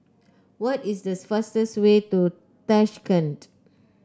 what is the fastest way to Tashkent